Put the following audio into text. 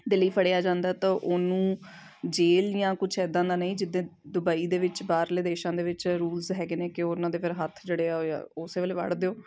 ਦੇ ਲਈ ਫੜਿਆਂ ਜਾਂਦਾ ਤਾਂ ਉਹਨੂੰ ਜੇਲ੍ਹ ਜਾਂ ਕੁਛ ਇੱਦਾਂ ਦਾ ਨਹੀਂ ਜਿੱਦਾਂ ਦੁਬਈ ਦੇ ਵਿੱਚ ਬਾਹਰਲੇ ਦੇਸ਼ਾਂ ਦੇ ਵਿੱਚ ਰੂਲਸ ਹੈਗੇ ਨੇ ਕਿ ਉਹਨਾਂ ਦੇ ਫਿਰ ਹੱਥ ਜਿਹੜੇ ਆ ਉਸੇ ਵੇਲੇ ਵੱਢ ਦਿਓ